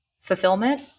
fulfillment